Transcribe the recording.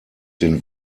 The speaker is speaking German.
den